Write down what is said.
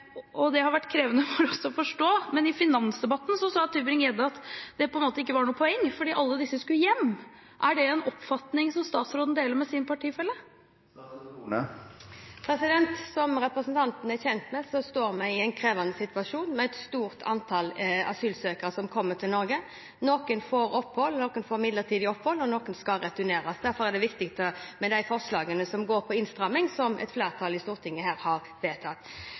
Men i finansdebatten sa Tybring-Gjedde at det ikke var noe poeng, fordi alle disse skulle hjem. Er det en oppfatning som statsråden deler med sin partifelle? Som representanten er kjent med, står vi i en krevende situasjon, med et stort antall asylsøkere som kommer til Norge. Noen får opphold, noen får midlertidig opphold, og noen skal returneres. Derfor er det viktig med de forslagene som går på innstramming, som et flertall i Stortinget